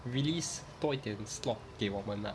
release 多一点 slot 给我们 lah